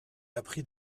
appris